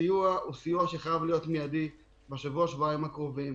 הסיוע חייב להיות מידי בשבוע-שבועיים הקרובים.